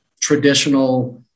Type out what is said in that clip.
traditional –